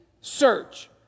Search